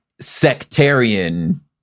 sectarian